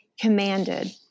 commanded